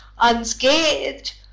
unscathed